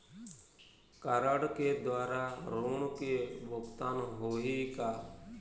Card के द्वारा ऋण के भुगतान होही का?